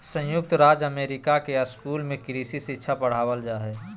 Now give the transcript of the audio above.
संयुक्त राज्य अमेरिका के स्कूल में कृषि शिक्षा पढ़ावल जा हइ